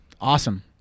Awesome